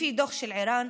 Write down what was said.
לפי דוח של ער"ן,